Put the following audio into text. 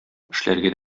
эшләргә